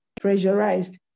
pressurized